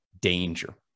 danger